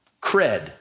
cred